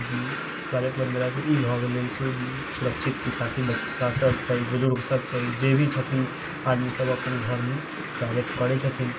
toilet बनबेलासँ ई भऽ गेलै सुरक्षित छी ताकि बच्चासभ चाहे बुजुर्गसभ जे भी छथिन आदमीसभ अपन घरमे टॉयलेट करै छथिन